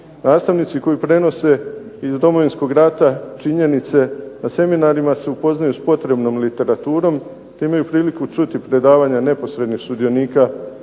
Nastavnici koji prenose iz Domovinskog rata činjenice na seminarima se upoznaju s potrebnom literaturom te imaju priliku čuti predavanja neposrednih sudionika